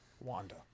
Wanda